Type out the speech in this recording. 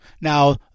Now